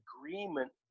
agreement